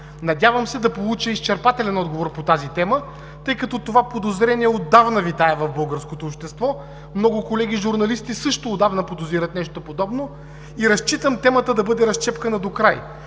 Надявам се да получа изчерпателен отговор по тази тема, тъй като това подозрение отдавна витае в българското общество, много колеги журналисти също отдавна подозират нещо подобно. Разчитам темата да бъде разчепкана докрай.